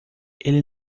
ele